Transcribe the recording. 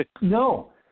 No